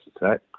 attack